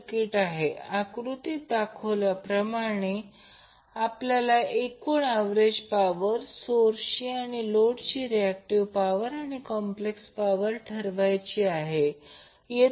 source आणि लोडमधील एकूण अवरेज पॉवर रिअॅक्टिव पॉवर आणि कॉम्प्लेक्स पॉवर निश्चित करावी लागेल